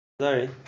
Sorry